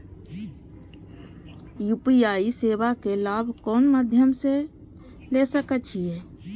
UPI सेवा के लाभ कोन मध्यम से ले सके छी?